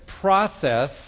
process